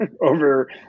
over